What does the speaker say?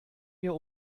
mir